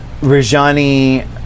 Rajani